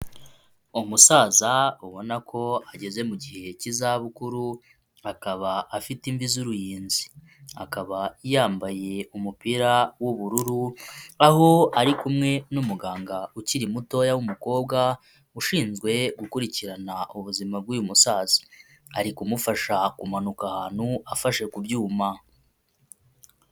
Umusaza ubona ko ageze mu gihe cy'izabukuru, akaba afite imvi z'uruyenzi. Akaba yambaye umupira w'ubururu, aho ari kumwe n'umuganga ukiri mutoya w'umukobwa, ushinzwe gukurikirana ubuzima bw'uyu musaza. Ari kumufasha kumanuka ahantu afashe ku byuma.